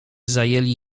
zajęli